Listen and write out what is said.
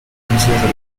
relationship